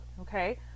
Okay